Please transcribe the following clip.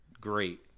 great